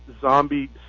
zombie